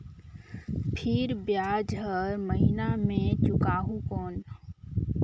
फिर ब्याज हर महीना मे चुकाहू कौन?